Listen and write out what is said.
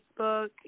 Facebook